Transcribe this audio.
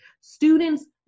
Students